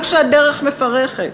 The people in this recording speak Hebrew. גם כשהדרך מפרכת,